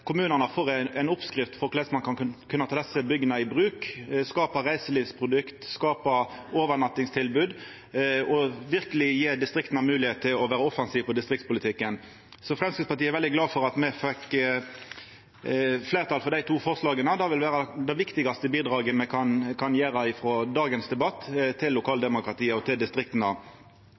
kommunane får ei oppskrift på korleis ein kan ta desse bygga i bruk, skapa reiselivsprodukt, skapa overnattingstilbod og verkeleg gje distrikta moglegheit til å vera offensive i distriktspolitikken. Framstegspartiet er veldig glad for at me fekk fleirtal for dei to forslaga. Det vil vera det viktigaste bidraget me kan gje frå dagens debatt til lokaldemokratia og til distrikta.